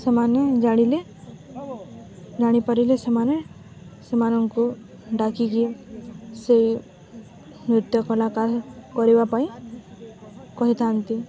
ସେମାନେ ଜାଣିଲେ ଜାଣିପାରିଲେ ସେମାନେ ସେମାନଙ୍କୁ ଡାକିକି ସେଇ ନୃତ୍ୟକଳା କରିବା ପାଇଁ କହିଥାନ୍ତି